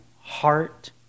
heart